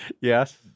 yes